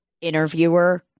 interviewer